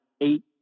eight